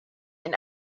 and